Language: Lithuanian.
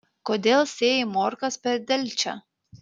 kodėl sėjai morkas per delčią